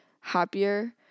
happier